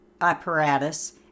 apparatus